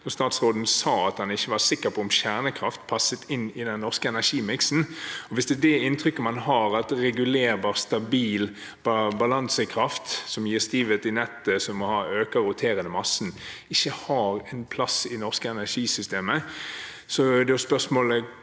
statsråden sa at han ikke var sikker på om kjernekraft passet inn i den norske energimiksen. Hvis det er det inntrykket man har, at regulerbar, stabil balansekraft som gir stivhet i nettet, som øker den roterende massen, ikke har en plass i det norske energisystemet, er spørsmålet